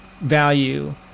value